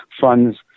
funds